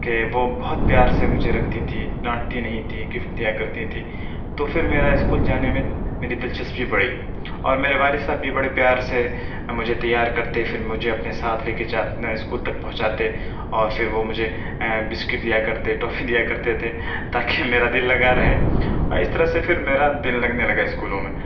کہ وہ بہت پیار سے مجھے رکھتی تھی ڈانٹتی نہیں تھی گفٹ دیا کرتی تھی تو پھر میرا اسکول جانے میں میری دلچسپی بڑھی اور میرے والد صاحب بھی بڑے پیار سے مجھے تیار کرتے پھر مجھے اپنے ساتھ لے کے جا اسکول تک پہنچاتے اور پھر وہ مجھے بسکٹ دیا کرتے ٹافی دیا کرتے تھے تاکہ میرا دل لگا رہے اس طرح سے پھر میرا دل لگنے لگا اسکولوں میں